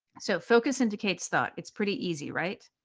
so focus indicates thought. it's pretty easy, right?